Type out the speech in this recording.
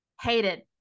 hated